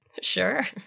Sure